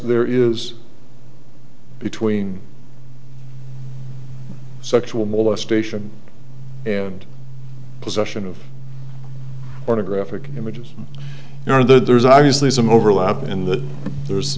there is between sexual molestation and possession of the graphic images or there's obviously some overlap in that there's